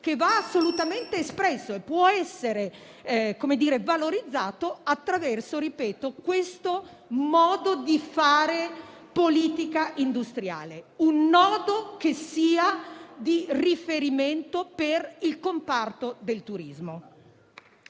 che deve assolutamente emergere e può essere valorizzato attraverso questo modo di fare politica industriale, che sia di riferimento per il comparto del turismo.